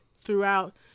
throughout